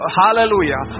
hallelujah